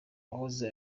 wahoze